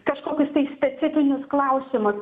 kažkokius specifinius klausimus